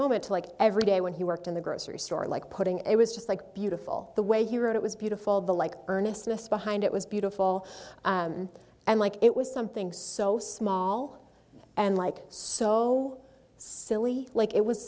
moment to like every day when he worked in the grocery store like putting it was just like beautiful the way he wrote it was beautiful the like earnestness behind it was beautiful and like it was something so small and like so silly like it was